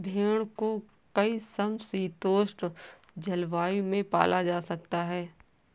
भेड़ को कई समशीतोष्ण जलवायु में पाला जा सकता है